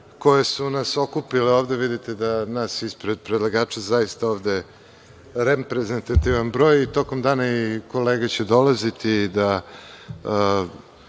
koje su nas okupile ovde, vidite da nas je ispred predlagača zaista ovde reprezentativan broj i tokom dana kolege će dolaziti da